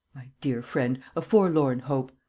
dear friend, a forlorn hope.